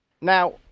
Now